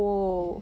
yeah